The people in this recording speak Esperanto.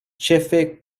ĉefe